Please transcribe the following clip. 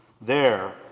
There